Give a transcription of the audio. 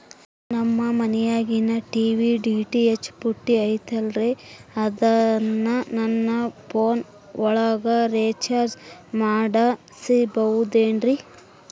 ನಮ್ಮ ಮನಿಯಾಗಿನ TV DTH ಪುಟ್ಟಿ ಐತಲ್ರೇ ಅದನ್ನ ನನ್ನ ಪೋನ್ ಒಳಗ ರೇಚಾರ್ಜ ಮಾಡಸಿಬಹುದೇನ್ರಿ?